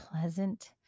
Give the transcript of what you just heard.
pleasant